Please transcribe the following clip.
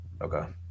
Okay